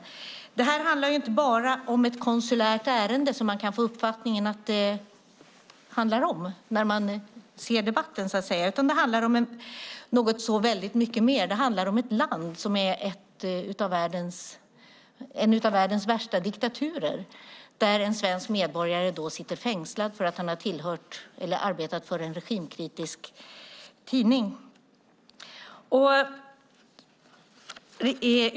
Detta handlar inte bara om ett konsulärt ärende som man kan få uppfattningen att det handlar om när man hör debatten, utan det handlar om så mycket mer. Det handlar om ett land som är en av världens värsta diktaturer där en svensk medborgare sitter fängslad för att han har arbetat för en regimkritisk tidning.